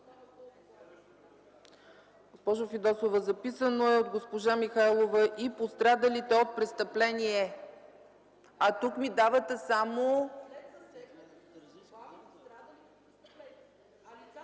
Госпожо Фидосова, записано е от госпожа Михайлова: „и пострадалите от престъпление”, а тук ми давате само ...